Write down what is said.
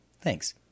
Thanks